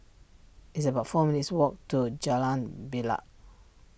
it's about four minutes' walk to Jalan Bilal